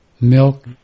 milk